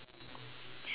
stress ah